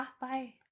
Bye